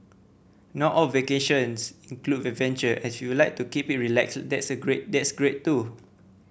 not all vacations include adventure and if you like to keep it relaxed that's a great that's great too